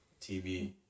TV